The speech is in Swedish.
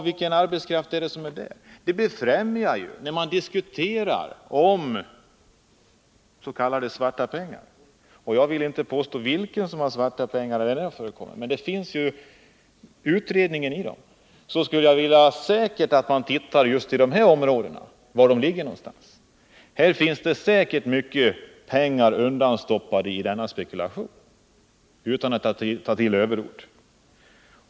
Vilken arbetskraft är det som är där? Jag vill inte påstå att den eller den har svarta pengar, men görs det en utredning skulle jag tro att man tittar just i de här områdena. Här finns säkert mycket pengar undanstoppade i denna spekulation — det kan man säga utan att ta till överord.